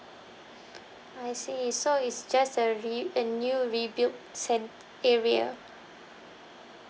I see so it's just a re~ a new rebuilt cen~ area